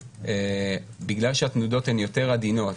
בגלל שהתנודות הן יותר עדינות,